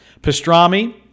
Pastrami